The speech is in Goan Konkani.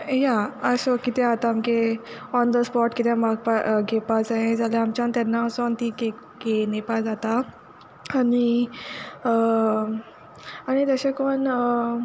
या सो कितें जाता आमगे ऑन द स्पॉट कितें मागपा घेवपा जायें जाल्यार आमच्यान तेन्ना वोसोन ती कॅक घेन येवपा जाता आनी आनी तेशें कोर्न